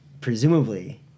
presumably